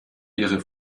ihre